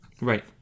Right